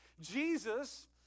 Jesus